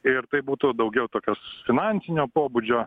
ir tai būtų daugiau tokios finansinio pobūdžio